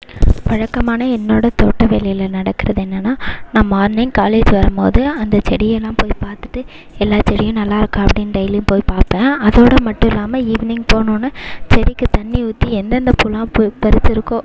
வழக்கமான என்னோட தோட்ட வேலையில் நடக்கிறது என்னென்னா நான் மார்னிங் காலேஜ் வரும்போது அந்த செடியெல்லாம் போய் பார்த்துட்டு எல்லா செடியும் நல்லா இருக்கா அப்படினு டெயிலியும் போய் பார்ப்பேன் அதோட மட்டும் இல்லாமல் ஈவினிங் போனோவுன்ன செடிக்கு தண்ணி ஊற்றி எந்தெந்த பூவெலாம் பூ பறிச்சுருக்கோ பூ